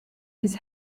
his